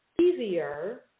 easier